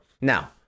Now